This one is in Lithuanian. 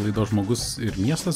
laidos žmogus ir miestas